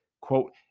quote